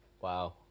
wow